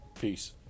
Peace